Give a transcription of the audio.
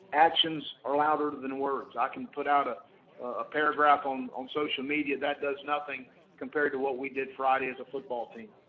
actions are louder than words. i can put out ah a paragraph on on social media, that does nothing compared to what we did friday as a football team.